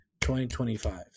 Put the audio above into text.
2025